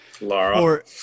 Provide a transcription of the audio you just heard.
Laura